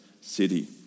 city